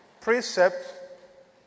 precept